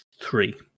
three